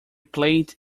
played